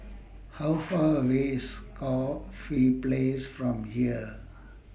How Far away IS Corfe Place from here